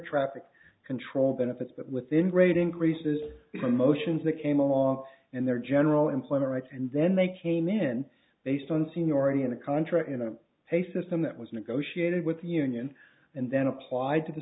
traffic control benefits but within great increases promotions that came along and their general employment rights and then they came in based on seniority in a contract in a pay system that was negotiated with the union and then applied to the